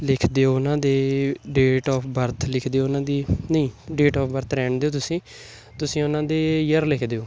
ਲਿਖ ਦਿਓ ਉਹਨਾਂ ਦੇ ਡੇਟ ਔਫ ਬਰਥ ਲਿਖ ਦਿਓ ਉਹਨਾਂ ਦੀ ਨਹੀਂ ਡੇਟ ਔਫ ਬਰਥ ਰਹਿਣ ਦਿਓ ਤੁਸੀਂ ਤੁਸੀਂ ਉਹਨਾਂ ਦੇ ਈਅਰ ਲਿਖ ਦਿਓ